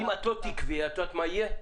אם את לא תקבעי את יודעת מה יהיה?